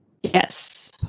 Yes